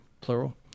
plural